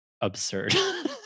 absurd